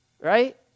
Right